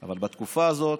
אבל בתקופה הזאת,